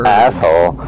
asshole